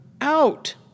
out